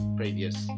previous